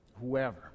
whoever